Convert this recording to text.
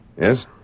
Yes